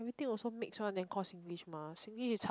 everything also mix one then call singlish mah singlish is cha~